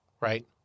Right